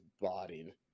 bodied